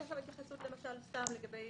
הייתה שם התייחסות למשל לגבי